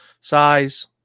size